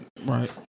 Right